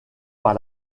par